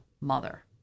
mother